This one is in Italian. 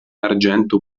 argento